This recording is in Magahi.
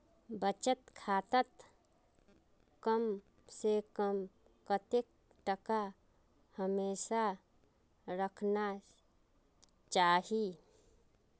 बचत खातात कम से कम कतेक टका हमेशा रहना चही?